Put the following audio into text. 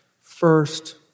First